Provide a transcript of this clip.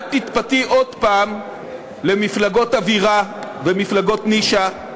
אל תתפתי עוד הפעם למפלגות אווירה ולמפלגות נישה.